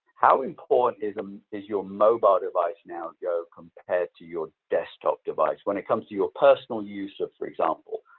how important is um is your mobile device now, joe, compared to your desktop device when it comes to your personal use of, for example,